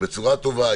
בצורה טובה,